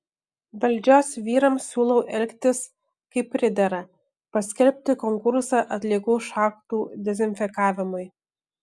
valdžios vyrams siūlau elgtis kaip pridera paskelbti konkursą atliekų šachtų dezinfekavimui